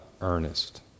earnest